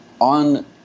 on